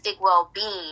well-being